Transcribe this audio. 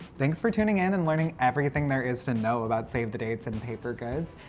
thanks for tuning in and learning everything there is to know about save the dates and paper goods.